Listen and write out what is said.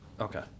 Okay